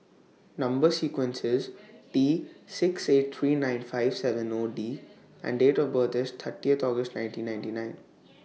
Number sequence IS T six eight three nine five seven O D and Date of birth IS thirtieth August nineteen ninety nine